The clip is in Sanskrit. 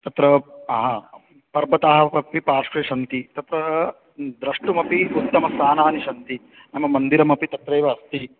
तत्र पर्वतः अपि पार्श्वे सन्ति तत्र द्रष्टुमपि उत्तमस्थानानि सन्ति नाम मन्दिरमपि तत्रैव अस्ति